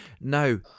Now